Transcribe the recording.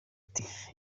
ati